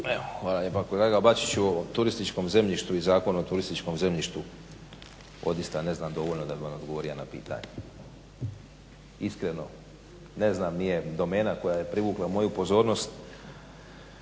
Hvala lijepa. Kolega Bačiću, o turističkom zemljištu i Zakonu o turističkom zemljištu odista ne znam dovoljno da bi vam odgovorio na pitanje. Iskreno ne znam, nije domena koja je privukla moju pozornost,